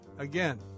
Again